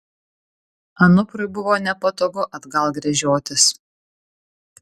anuprui buvo nepatogu atgal gręžiotis